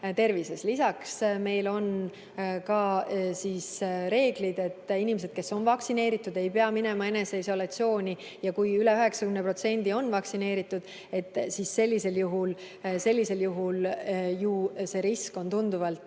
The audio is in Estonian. lisaks on meil ka reeglid, et inimesed, kes on vaktsineeritud, ei pea minema eneseisolatsiooni, ja kui üle 90% on vaktsineeritud, siis sellisel juhul see risk on tunduvalt